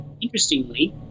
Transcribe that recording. Interestingly